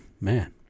man